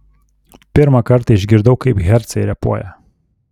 pirmą kartą išgirdau kaip hercai repuoja